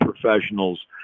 professionals